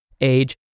age